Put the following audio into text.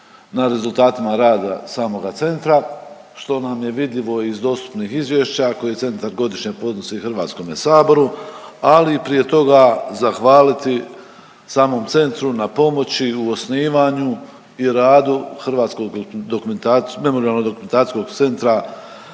na rezultatima rada samoga centra što nam je vidljivo iz dostupnih izvješća koje centar godišnje podnosi Hrvatskome saboru, ali prije toga zahvaliti samom centru na pomoći u osnivanju i radu Hrvatskog dokumen… memorijalno dokumentacijskog centra